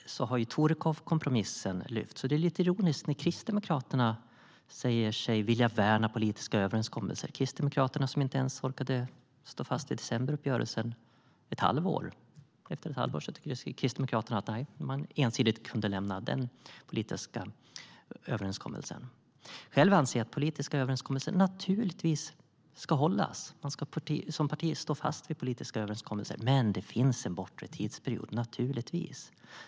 Torekovkompromissen har lyfts fram. Det är lite ironiskt när Kristdemokraterna säger sig vilja värna politiska överenskommelser. Kristdemokraterna orkade ju inte ens stå fast vid decemberöverenskommelsen ett halvår. Efter ett halvår sa Kristdemokraterna nej och lämnade ensidigt den politiska överenskommelsen. Själv anser jag att politiska överenskommelser naturligtvis ska hållas. Man ska som parti stå fast vid politiska överenskommelser. Men det finns en bortre tidsgräns.